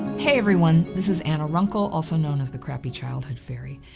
hey everyone this is anna runkle, also known as the crappy childhood fairy,